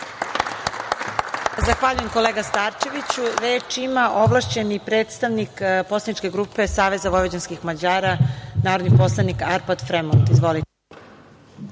Zahvaljujem, kolega Starčeviću. Reč ima ovlašćeni predstavnik poslaničke grupe SVM, narodni poslanik Arpad Fremond. Izvolite.